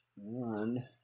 One